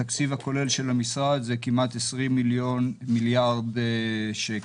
התקציב הכולל של המשרד הוא כמעט 20 מיליארד שקל.